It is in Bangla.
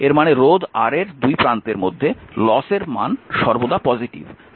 এর মানে রোধ R এর দুই প্রান্তের মধ্যে লসের মান সর্বদা পজিটিভ